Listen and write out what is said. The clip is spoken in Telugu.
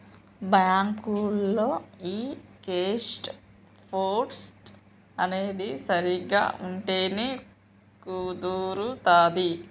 బ్యాంకులో ఈ కేష్ ఫ్లో అనేది సరిగ్గా ఉంటేనే కుదురుతాది